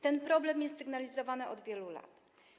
Ten problem jest sygnalizowany od wielu lat.